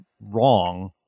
wrong